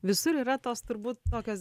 visur yra tos turbūt tokios